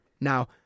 Now